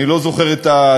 אני לא זוכר את התאריך,